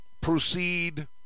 proceed